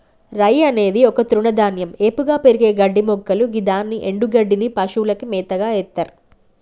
రై అనేది ఒక తృణధాన్యం ఏపుగా పెరిగే గడ్డిమొక్కలు గిదాని ఎన్డుగడ్డిని పశువులకు మేతగ ఎత్తర్